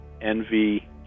envy